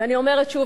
ואני אומרת שוב,